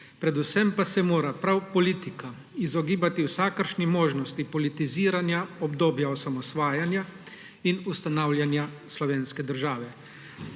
Predvsem pa se mora prav politika izogibati vsakršni možnosti politiziranja obdobja osamosvajanja in ustanavljanja slovenske države